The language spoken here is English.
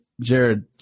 Jared